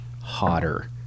hotter